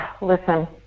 Listen